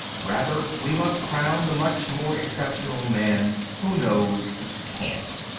rather we must crown the much more exceptional man who knows he can't.